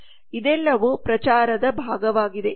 ಇದೆಲ್ಲವೂ ಪ್ರಚಾರದ ಭಾಗವಾಗಿದೆ